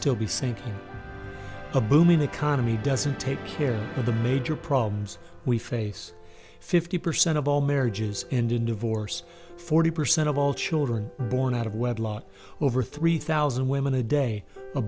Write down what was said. still be saying a booming economy doesn't take care of the major problems we face fifty percent of all marriages end in divorce forty percent of all children born out of wedlock over three thousand women a day a